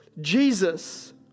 Jesus